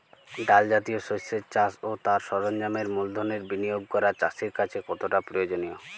ডাল জাতীয় শস্যের চাষ ও তার সরঞ্জামের মূলধনের বিনিয়োগ করা চাষীর কাছে কতটা প্রয়োজনীয়?